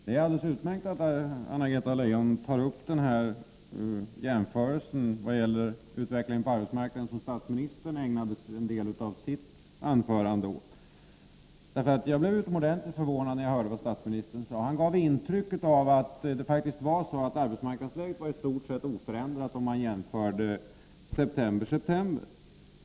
Herr talman! Det är alldeles utmärkt att Anna-Greta Leijon tar upp jämförelsen beträffande utvecklingen på arbetsmarknaden, något som ju statsministern ägnade en del av sitt anförande åt. Jag blev utomordentligt förvånad över vad statsministern sade. Han gav intryck av att arbetsmarknadsläget i stort sett är oförändrat, jämfört september-september.